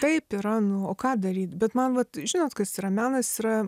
taip yra nu o ką daryt bet man vat žinot kas yra menas yra